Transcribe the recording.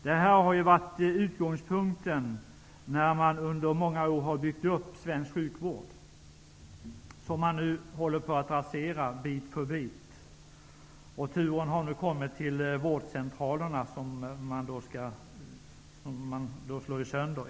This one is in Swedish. Detta har varit utgångspunkten när man under många år har byggt upp svensk sjukvård, som nu håller på att raseras bit för bit. Turen har nu kommit till vårdcentralerna, som enligt regeringsförslaget skall slås sönder.